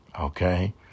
okay